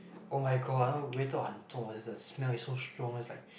oh-my-god 味道很重 is the smell is so strong is like